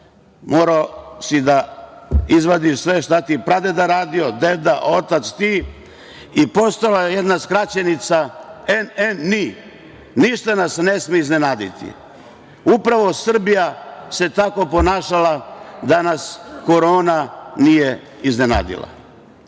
Morao si da izvadiš sve šta ti je pradeda radio, deda, otac, ti i postojala je jedna skraćenica NNNI – ništa nas ne sme iznenaditi. Upravo se Srbija tako ponašala da nas korona nije iznenadila